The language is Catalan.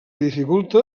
dificulta